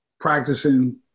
practicing